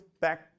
Back